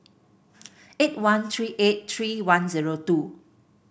eight one three eight three one zero two